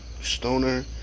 Stoner